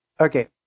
Okay